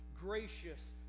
gracious